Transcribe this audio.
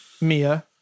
Mia